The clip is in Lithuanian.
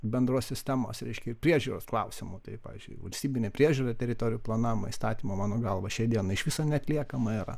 bendros sistemos reiškia ir priežiūros klausimų tai pavyzdžiui valstybinė priežiūra teritorijų planavimo įstatymo mano galva šiai dienai iš viso neatliekama yra